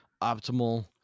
optimal